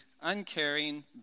uncaring